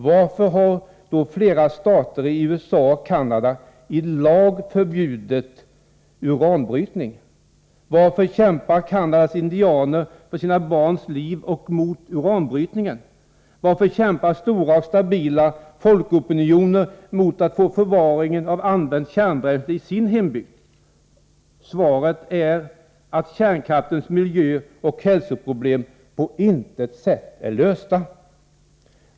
Varför har då flera stater i USA och Canada i lag förbjudit uranbrytning? Varför kämpar Canadas indianer för sina barns liv och mot uranbrytningen? Varför kämpar stora, stabila folkopinioner mot att få förvaringen av använt kärnbränsle i sin hembygd? Svaret är, att kärnkraftens miljöoch hälsoproblem på intet sätt är lösta.